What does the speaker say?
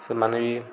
ସେମାନେ ବି